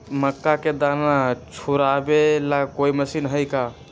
मक्का के दाना छुराबे ला कोई मशीन हई का?